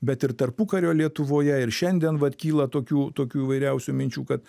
bet ir tarpukario lietuvoje ir šiandien vat kyla tokių tokių įvairiausių minčių kad